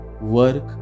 Work